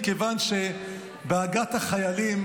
מכיוון שבעגת החיילים